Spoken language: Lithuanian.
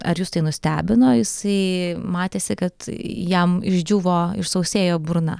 ar jus tai nustebino jisai matėsi kad jam išdžiuvo išsausėjo burna